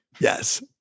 Yes